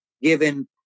given